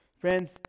Friends